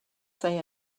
say